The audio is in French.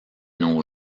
nos